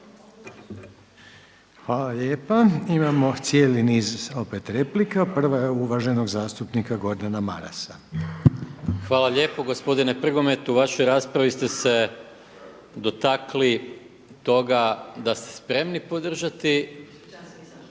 Hvala lijepo. Imamo cijeli niz opet replika. Prva je uvaženog zastupnika Gordana Marasa. **Maras, Gordan (SDP)** Hvala lijepo. Gospodine Prgomet u vašoj raspravi ste se dotakli do toga da ste spremni podržati, … /Upadica